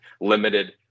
limited